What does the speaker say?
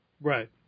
Right